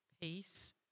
peace